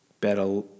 better